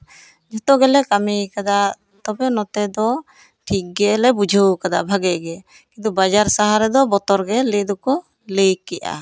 ᱡᱷᱚᱛᱚ ᱜᱮᱞᱮ ᱠᱟᱹᱢᱤᱭᱟᱠᱟᱫᱟ ᱛᱚᱵᱮ ᱱᱚᱛᱮ ᱫᱚ ᱴᱷᱤᱠ ᱜᱮᱞᱮ ᱵᱩᱡᱷᱟᱹᱣ ᱟᱠᱟᱫᱟ ᱵᱷᱟᱜᱮ ᱜᱮ ᱠᱤᱱᱛᱩ ᱵᱟᱡᱟᱨ ᱥᱟᱦᱟᱨ ᱨᱮᱫᱚ ᱵᱚᱛᱚᱨ ᱜᱮ ᱞᱟᱹᱭ ᱫᱚᱠᱚ ᱞᱟᱹᱭ ᱠᱮᱜᱼᱟ